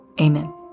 Amen